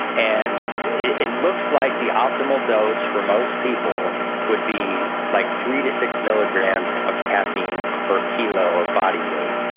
and it it looks like the optimal dose for most people would be like three to six milligrams of caffeine per kilo of body weight.